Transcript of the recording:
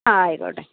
ആയ്ക്കോട്ടെ